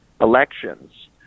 elections